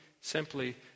simply